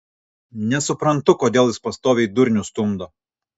nesuprantu kodėl jis pastoviai durnių stumdo